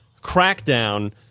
Crackdown